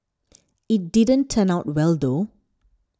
it didn't turn out well though